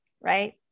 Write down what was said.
right